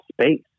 space